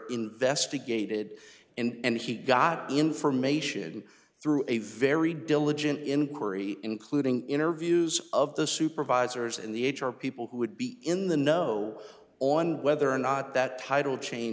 investigated and he got information through a very diligent inquiry including interviews of the supervisors and the h r people who would be in the know on whether or not that title cha